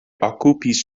okupis